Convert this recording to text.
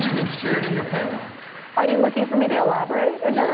ah that's shared in your family are you looking for me to elaborate and.